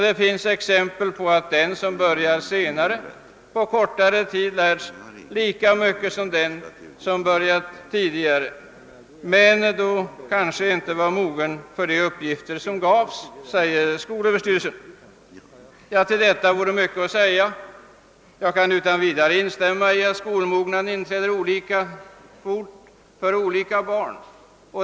Det finns exempel på att den som börjar senare på kortare tid lärt sig lika mycket som den som börjat tidigare men då kanske inte var mogen de uppgifter som gavs.» Om detta vore mycket att säga. Jag kan utan vidare instämma i att skolmognaden inträder olika fort hos olika barn.